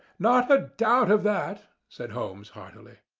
not a doubt of that, said holmes heartily.